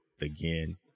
again